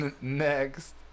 Next